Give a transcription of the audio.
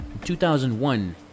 2001